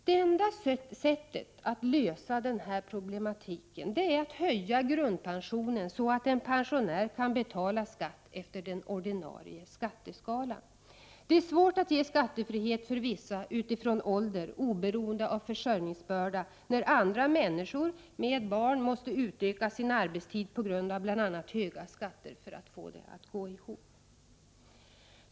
Det enda sättet att lösa den här problematiken är att höja grundpensionen så att en pensionär kan betala skatt efter den ordinarie skatteskalan. Det är svårt att ge skattefrihet för vissa, utifrån ålder, oberoende av försörjningsbörda, när andra människor, med barn, måste utöka sin arbetstid, bl.a. på grund av höga skatter, för att få det att gå ihop.